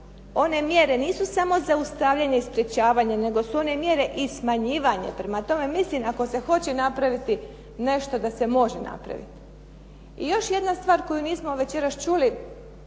one mjere nisu samo zaustavljanje sprječavanja, nego su one mjere i smanjivanja, prema tome, mislim ako se hoće napraviti nešto, da se može napraviti. I još jedna stvar koju nismo večeras čuli.